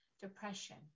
depression